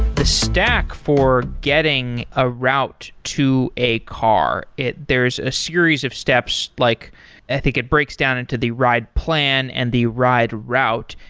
the stack for getting a route to a car, there's a series of steps like i think it breaks down into the ride plan and the ride route.